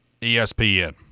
ESPN